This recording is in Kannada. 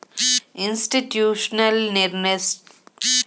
ಇನ್ಸ್ಟಿಟ್ಯೂಷ್ನಲಿನ್ವೆಸ್ಟರ್ಸ್ ಇಂದಾ ನಾವು ಯಾವಾಗ್ ಸಹಾಯಾ ತಗೊಬೇಕು?